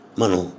Mano